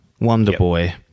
Wonderboy